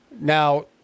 now